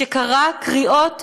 שקרא קריאות